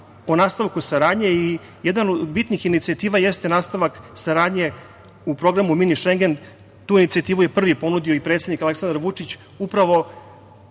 o nastavku saradnje i jedna od bitnih inicijativa jeste nastavak saradnje u programu „mini šengen“. Tu inicijativu je prvu ponudio predsednik Aleksandar Vučić, upravo